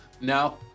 No